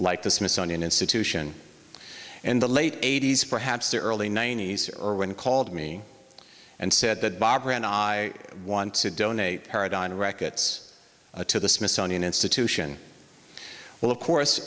like the smithsonian institution in the late eighty's perhaps the early ninety's or when you called me and said that barbara and i want to donate paragon records to the smithsonian institution well of course